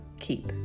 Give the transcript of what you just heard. keep